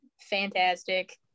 fantastic